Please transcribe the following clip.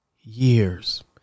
years